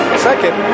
Second